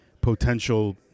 potential